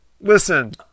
Listen